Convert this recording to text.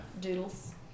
doodles